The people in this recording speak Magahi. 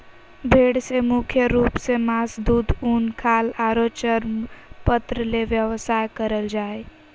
भेड़ से मुख्य रूप से मास, दूध, उन, खाल आरो चर्मपत्र ले व्यवसाय करल जा हई